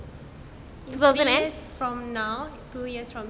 golden S from now two years from next year